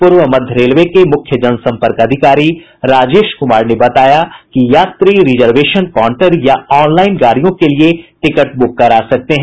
पूर्व मध्य रेलवे के मुख्य जनसम्पर्क अधिकरी राजेश कुमार ने बताया कि यात्री रिजर्वेशन कॉउंटर या ऑनलाईन गाड़ियों के लिए टिकट ब्रक करा सकते हैं